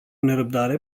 nerăbdare